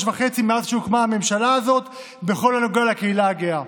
וחצי מאז שהוקמה הממשלה הזאת בכל הנוגע לקהילה הגאה.